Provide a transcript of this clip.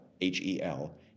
H-E-L